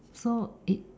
so it